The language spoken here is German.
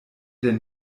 denn